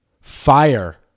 fire